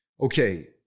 Okay